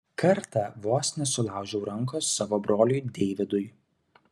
kartą vos nesulaužiau rankos savo broliui deividui